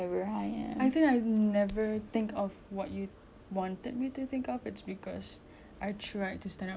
want to think of it's cause I tried to stand up for myself but then again cause of confidence I tend to be like